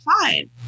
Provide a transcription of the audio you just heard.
fine